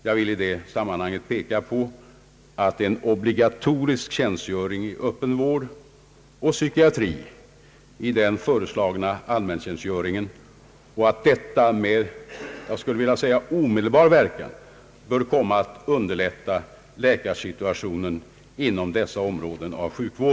Jag vill i det sammanhanget peka på att den obligatoriska tjänstgöringen i öppen vård och psykiatri inom den föreslagna allmäntjänstgöringen med omedelbar verkan kommer att underlätta läkarsituationen inom dessa områden.